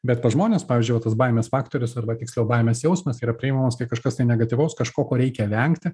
bet pas žmones pavyzdžiui va tas baimės faktorius arba tiksliau baimės jausmas yra priimamas kaip kažkas negatyvaus kažko ko reikia vengti